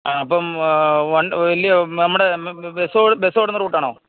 ആ അപ്പം നമ്മുടെ ബസ്സോടുന്ന റൂട്ടാണോ